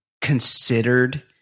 considered